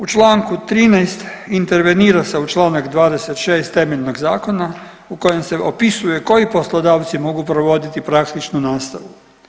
U članku 13. intervenira se u članak 26. temeljnog zakona u kojem se opisuje koji poslodavci mogu provoditi praktičnu nastavu.